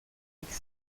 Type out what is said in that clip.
mixta